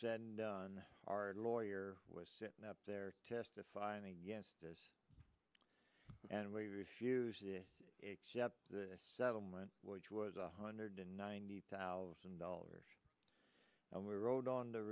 said and done our lawyer was up there testifying against us and we refused the settlement which was a hundred and ninety thousand dollars and we rode on t